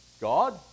God